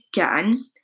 again